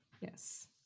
yes